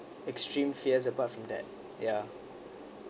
extreme fears apart from that ya